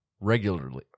Regularly